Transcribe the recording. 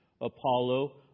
Apollo